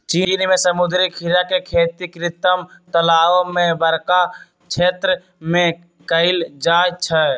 चीन में समुद्री खीरा के खेती कृत्रिम तालाओ में बरका क्षेत्र में कएल जाइ छइ